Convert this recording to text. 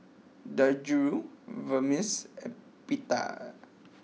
Dangojiru Vermicelli and Pita